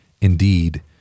indeed